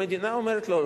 המדינה אומרת: לא,